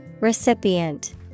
Recipient